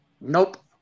Nope